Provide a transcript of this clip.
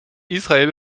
israel